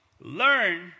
Learn